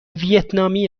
ویتنامی